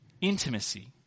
Intimacy